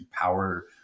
power